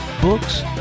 books